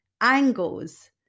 angles